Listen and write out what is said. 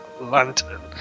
lantern